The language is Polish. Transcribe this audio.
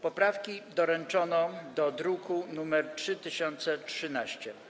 Poprawki doręczono do druku nr 3013.